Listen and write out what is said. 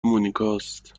مونیکاست